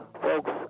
Folks